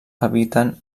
habiten